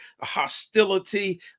hostility